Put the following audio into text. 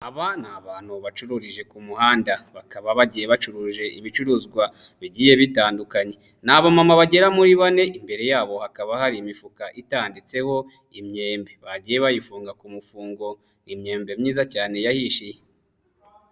Aba ni abantu babacururije ku muhanda bakaba bagiye bacuruje ibicuruzwa bigiye bitandukanye, ni abamama bagera muri bane imbere yabo hakaba hari imifuka itanditseho imyembe bagiye bayifunga ku mufungo, imyembe myiza cyane yahishiye.